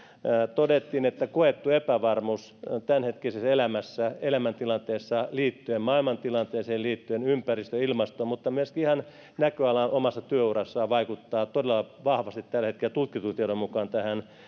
todettiin että koettu epävarmuus tämänhetkisessä elämäntilanteessa liittyen maailmantilanteeseen liittyen ympäristöön ja ilmastoon mutta myöskin ihan näköalaan omassa työurassa vaikuttaa todella vahvasti tällä hetkellä tutkitun tiedon mukaan tähän